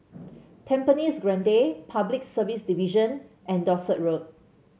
Tampines Grande Public Service Division and Dorset Road